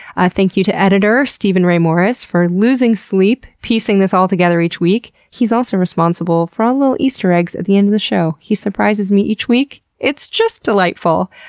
ah thank you to editor steven ray morris for losing sleep piecing this all together each week. he's also responsible for all the easter eggs at the end of the show. he surprises me each week. it's just delightful!